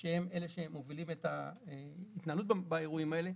שהם אלה שמובילים את ההתנהלות באירועים האלה,